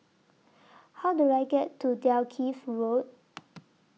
How Do I get to Dalkeith Road